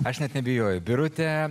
aš net neabejoju birute